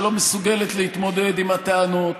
שלא מסוגלת להתמודד עם הטענות